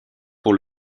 pour